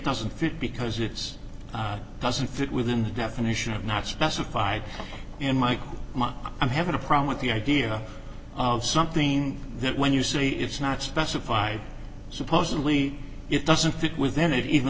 doesn't fit because it's doesn't fit within the definition of not specified in my mind i'm having a problem with the idea of something when you see it's not specified supposedly it doesn't fit within it even